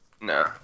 No